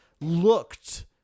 looked